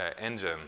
engine